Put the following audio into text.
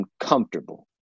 uncomfortable